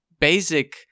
Basic